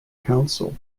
council